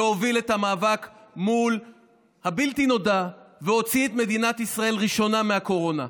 שהוביל את המאבק מול הבלתי-נודע והוציא את מדינת ישראל ראשונה מהקורונה.